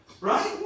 Right